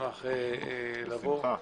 אשמח לבוא לביקור.